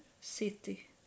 city